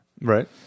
Right